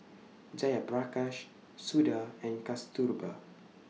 Jayaprakash Suda and Kasturba